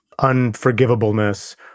unforgivableness